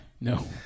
no